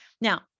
Now